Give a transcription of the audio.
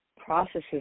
processes